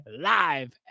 live